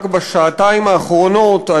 רק בשעתיים האחרונות,